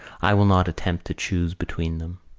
i will not attempt to choose between them.